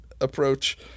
approach